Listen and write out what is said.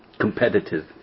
Competitive